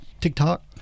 tiktok